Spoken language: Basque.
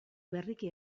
berriki